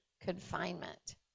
confinement